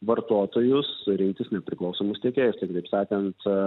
vartotojus rinktis nepriklausomus tiekėjus tai taip sakant